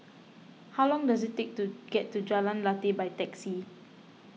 how long does it take to get to Jalan Lateh by taxi